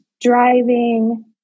driving